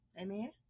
amen